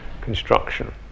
construction